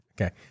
Okay